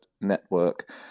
network